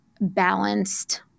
balanced